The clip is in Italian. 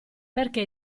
perché